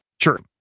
Sure